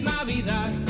Navidad